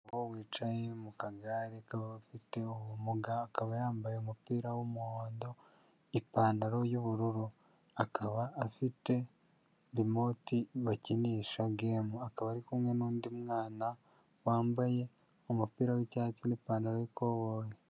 Umugabo umugore wicaye mu kagare k'abafite ubumuga, akaba yambaye umupira w'umuhondo, ipantaro y'ubururu, akaba afite remoti bakinisha gamu, akaba ari kumwe n'undi mwana wambaye umupira wi'icyatsi n'ipantaro y'ikoboyi